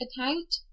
account